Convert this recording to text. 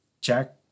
Jack